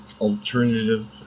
alternative